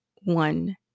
one